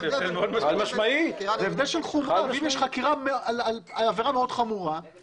אם יש חקירה על עבירה מאוד חמורה,